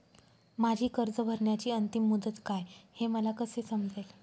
माझी कर्ज भरण्याची अंतिम मुदत काय, हे मला कसे समजेल?